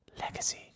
Legacy